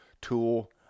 tool